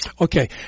Okay